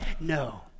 No